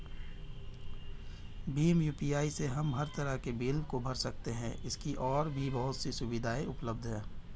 Bhim UPI से हम हर तरह के बिल को भर सकते है, इसकी और भी बहुत सी सुविधाएं उपलब्ध है